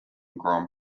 grand